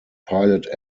pilot